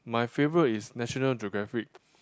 my favourite is National Geographic